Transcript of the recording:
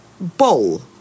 bowl